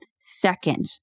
second